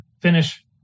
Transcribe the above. finish